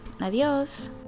adios